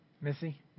Missy